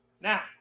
Now